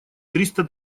триста